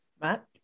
Matt